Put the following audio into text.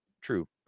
True